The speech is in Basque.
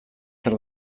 zer